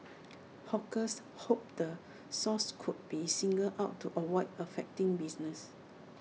hawkers hoped the source could be singled out to avoid affecting business